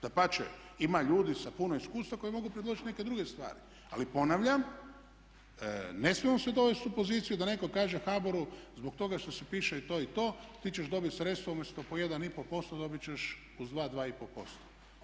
Dapače ima ljudi sa puno iskustva koji mogu predložiti neke druge stvari, ali ponavljam ne smijemo se dovesti u poziciju da netko kaže HBOR-u zbog toga što se piše to i to, ti ćeš dobiti sredstva umjesto po 1,5%, dobit ćeš uz 2, 2,5%